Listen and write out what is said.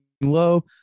Low